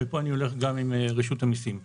פה אני הולך גם עם רשות המיסים.